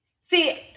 see